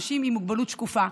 אנשים עם מוגבלות שקופה,